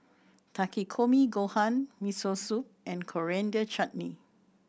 Takikomi Gohan Miso Soup and Coriander Chutney